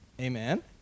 Amen